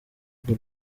urwo